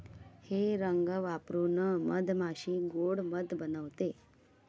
हे रंग वापरून मधमाशी गोड़ मध बनवते